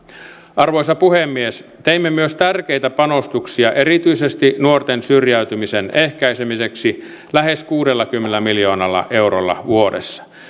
arvoisa puhemies teimme myös tärkeitä panostuksia erityisesti nuorten syrjäytymisen ehkäisemiseksi lähes kuudellakymmenellä miljoonalla eurolla vuodessa